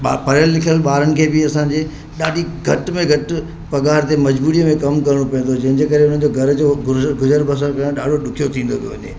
बा पढ़ियलु लिखयलु ॿारनि खे बि असांजे ॾाढी घटि में घटि पघार ते मजबूरी में कमु करिणो पवंदो आहे जंहिंजे करे उन जे घर जो गुज़र गुज़ारो बसेरो करणु ॾाढो ॾुखियो थींदो थो वञे